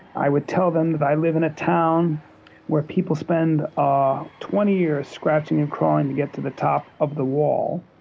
i would tell them that i live in a town where people spend ah twenty years scratching and crawling to get to the top of the wall,